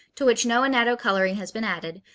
to which no annatto coloring has been added,